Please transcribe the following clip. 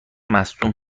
مصدوم